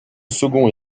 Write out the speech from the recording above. second